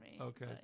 Okay